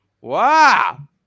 Wow